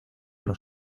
los